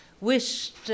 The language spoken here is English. wished